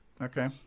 Okay